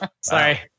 Sorry